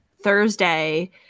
thursday